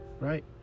right